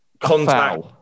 contact